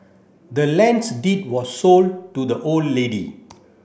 the land's deed was sold to the old lady